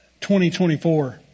2024